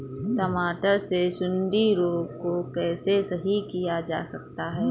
टमाटर से सुंडी रोग को कैसे सही किया जा सकता है?